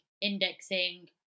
indexing